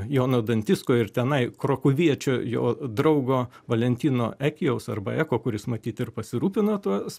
jono dantisko ir tenai krokuviečio jo draugo valentino ekijaus arba eko kuris matyt ir pasirūpino tuos